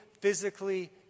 physically